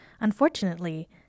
unfortunately